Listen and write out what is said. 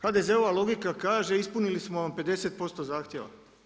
HDZ-ova logika kaže ispunili smo vam 50% zahtjeva.